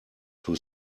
too